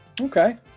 Okay